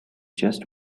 just